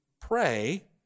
pray